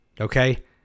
Okay